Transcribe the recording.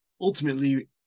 ultimately